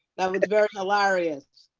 that was very hilarious.